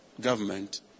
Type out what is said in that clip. government